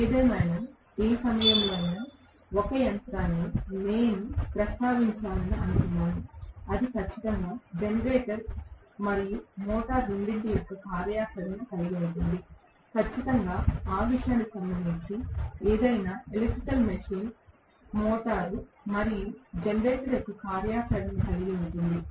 ఏదేమైనా ఏ సమయంలోనైనా ఒక యంత్రాన్ని నేను ప్రస్తావించాలని అనుకున్నాను ఇది ఖచ్చితంగా జనరేటర్ మరియు మోటారు రెండింటి యొక్క కార్యాచరణను కలిగి ఉంటుంది ఖచ్చితంగా ఆ విషయానికి సంబంధించి ఏదైనా ఎలక్ట్రికల్ మెషీన్ మోటారు మరియు జెనరేటర్ యొక్క కార్యాచరణను కలిగి ఉంటుంది